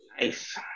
Nice